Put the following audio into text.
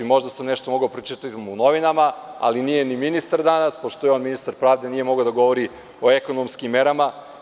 Možda sam nešto mogao da pročitam u novinama, ali nije ni ministar danas, pošto je on ministar pravde, nije mogao da govori o ekonomskim merama.